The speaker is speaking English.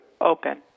Open